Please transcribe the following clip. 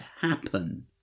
happen